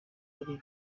ari